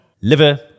liver